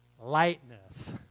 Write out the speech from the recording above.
lightness